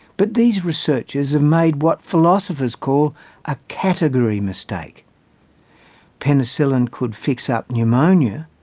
but these researchers have made what philosophers call a category mistake penicillin could fix up pneumonia,